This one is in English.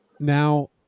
Now